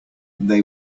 they